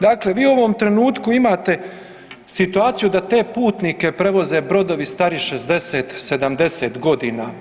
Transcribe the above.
Dakle, vi u ovom trenutku imate situaciju da te putnike prevoze brodovi stari 60, 70 godina.